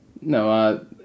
no